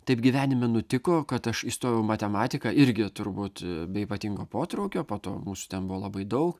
taip gyvenime nutiko kad aš įstojau į matematiką irgi turbūt be ypatingo potraukio po to mūsų ten buvo labai daug